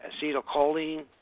acetylcholine